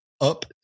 up